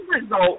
result